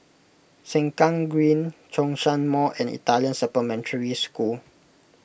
Sengkang Green Zhongshan Mall and Italian Supplementary School